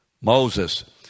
Moses